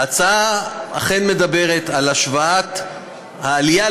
ההצעה אכן מדברת על השוואת העלייה,